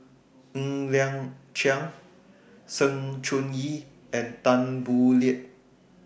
Ng Liang Chiang Sng Choon Yee and Tan Boo Liat